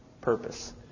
purpose